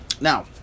Now